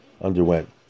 underwent